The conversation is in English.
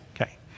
Okay